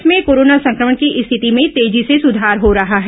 प्रदेश में कोरोना संक्रमण की रिथति में तेजी से सुधार हो रहा है